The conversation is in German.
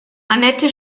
annette